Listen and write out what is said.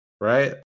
right